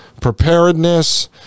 preparedness